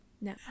No